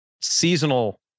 seasonal